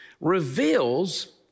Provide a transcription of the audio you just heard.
reveals